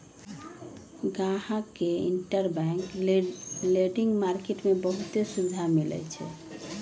गाहक के interbank lending market में बहुते सुविधा मिलई छई